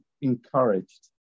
encouraged